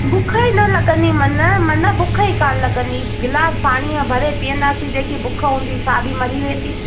भूख ई न लॻंदी माना माना भूख ई कान लॻंदी गिलास पाणीअ भरे पीअंदासीं जेके भूख हूंदी सां बि मरी वेंदी